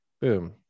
boom